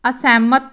ਅਸਹਿਮਤ